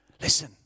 listen